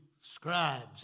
scribes